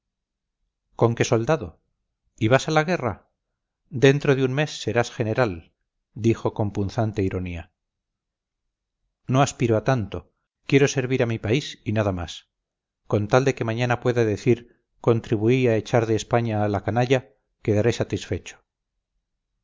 conque soldado y vas a la guerra dentro de un mes serás general dijo con punzante ironía no aspiro a tanto quiero servir a mi país y nada más con tal de que mañana pueda decir contribuí a echar de españa a la canalla quedaré satisfecho